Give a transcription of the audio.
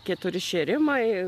keturi šėrimai